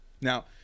Now